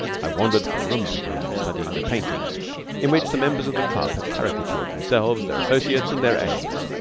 i wandered from room to room studying the paintings in which the members of the club had caricatured themselves, their associates, and their aims.